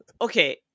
Okay